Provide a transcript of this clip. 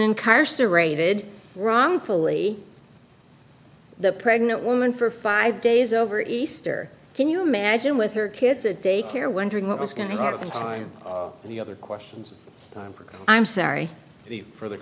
incarcerated wrongfully the pregnant woman for five days over easter can you imagine with her kids at daycare wondering what was going to happen to the other questions i'm sorry for the